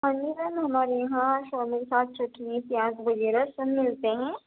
ہاں جی میم ہمارے یہاں شورمے کے ساتھ چٹنی پیاز وغیرہ سب ملتے ہیں